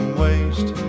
waste